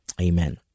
Amen